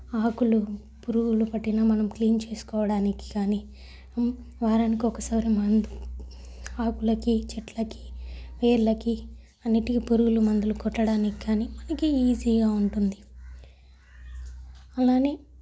ఆకులు పురుగులు పట్టిన మనం క్లీన్ చేసుకోడానికి కానీ వారానికి ఒకసారి మందు ఆకులకి చెట్లకి వేర్లకి అన్నిటికీ పురుగుల మందులు కొట్టడానికి కానీ మనకి ఈజీగా ఉంటుంది అలా అని